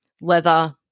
leather